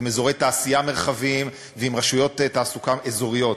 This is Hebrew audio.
עם אזורי תעשייה מרחביים ועם רשויות תעסוקה אזוריות,